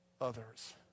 others